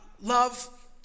love